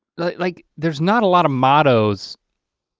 like like there's not a lot of mottos